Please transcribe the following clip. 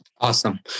Awesome